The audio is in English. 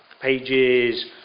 pages